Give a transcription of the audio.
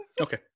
Okay